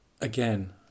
Again